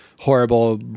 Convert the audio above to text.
horrible